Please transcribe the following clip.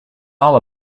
all